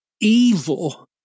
evil